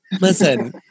Listen